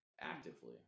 actively